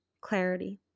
clarity